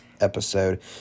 episode